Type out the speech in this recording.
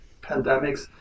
pandemics